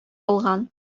алган